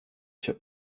się